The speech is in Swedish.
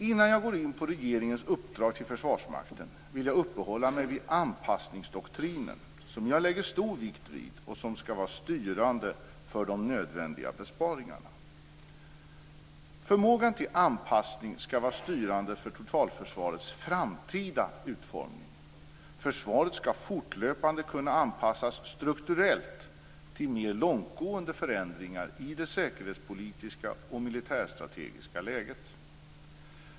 Innan jag går in på regeringens uppdrag till Försvarsmakten, vill jag uppehålla mig vid anpassningsdoktrinen. Den lägger jag stor vikt vid, och den skall vara styrande för de nödvändiga besparingarna. Förmåga till anpassning skall vara styrande för totalförsvarets framtida utformning. Försvaret skall fortlöpnade kunna anpassas strukturellt till mer långtgående förändringar i det säkerhetspolitiska och militärstrategiska läget.